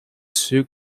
sue